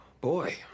Boy